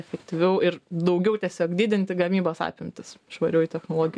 efektyviau ir daugiau tiesiog didinti gamybos apimtis švarioj technologijų